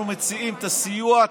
אנחנו מציעים את הסיוע,